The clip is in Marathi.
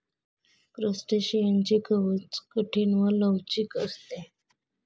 क्रस्टेशियनचे कवच कठीण व लवचिक असते